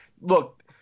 look